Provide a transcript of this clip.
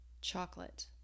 chocolate